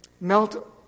Melt